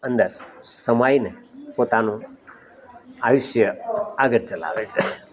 અંદર સમાઈને પોતાનું આયુષ્ય આગળ ચલાવે છે